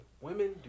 Women